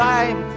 Time